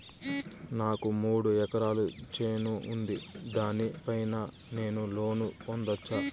నాకు మూడు ఎకరాలు చేను ఉంది, దాని పైన నేను లోను పొందొచ్చా?